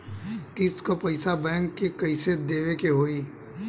किस्त क पैसा बैंक के कइसे देवे के होई?